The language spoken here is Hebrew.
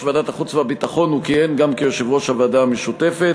ועדת החוץ והביטחון הוא כיהן גם כיושב-ראש הוועדה המשותפת.